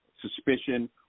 suspicion